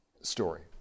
story